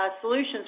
solutions